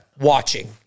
watching